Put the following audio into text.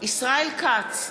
ישראל כץ,